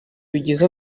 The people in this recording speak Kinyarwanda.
bigize